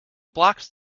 blocks